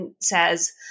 says